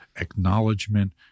acknowledgement